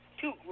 two